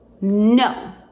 No